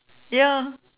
ya